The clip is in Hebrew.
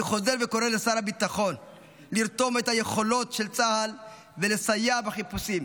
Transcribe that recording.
אני חוזר וקורא לשר הביטחון לרתום את היכולות של צה"ל ולסייע בחיפושים.